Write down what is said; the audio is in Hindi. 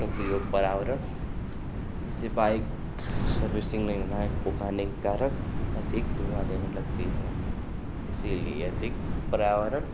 उपयोग पर्यावरण से बाइक़ सर्विसिन्ग नहीं के कारण अधिक धुआँ देने लगती है इसीलिए अधिक पर्यावरण